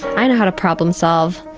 i know how to problem solve.